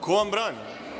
Ko vam brani?